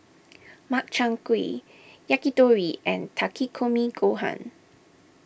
Makchang Gui Yakitori and Takikomi Gohan